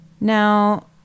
now